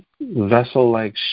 vessel-like